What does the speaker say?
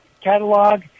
catalog